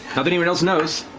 but anyone else knows.